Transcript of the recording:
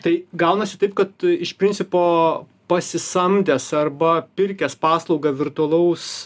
tai gaunasi taip kad iš principo pasisamdęs arba pirkęs paslaugą virtualaus